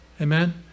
Amen